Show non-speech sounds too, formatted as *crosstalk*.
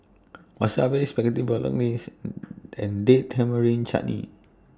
Wasabi Spaghetti Bolognese *hesitation* and Date Tamarind Chutney